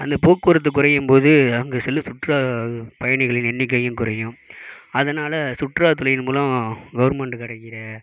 அந்த போக்குவரத்து குறையும்போது அங்கே செல்லும் சுற்றுலா பயணிகள் எண்ணிக்கையும் குறையும் அதனால் சுற்றுலாத்துறை மூலம் கவெர்மெண்ட்டுக்கு கிடைக்கிற